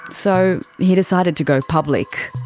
so he decided to go public.